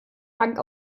dank